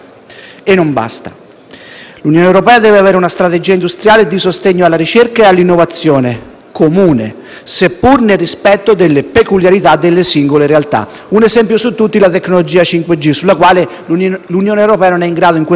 comune, seppur nel rispetto delle peculiarità delle singole realtà. Un esempio su tutti è la tecnologia 5G, sulla quale l'Unione europea non è in grado in questo momento di produrre una risposta sotto il profilo tecnico-economico.